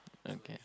okay